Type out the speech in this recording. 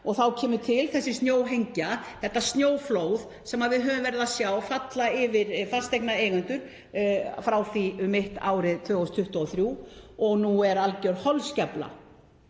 og þá kemur til þessi snjóhengja, þetta snjóflóð sem við höfum verið að sjá falla yfir fasteignaeigendur frá því um mitt árið 2023. Nú er alger holskefla